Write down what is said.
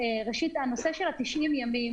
ראשית, הנושא של 90 יום.